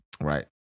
Right